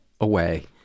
away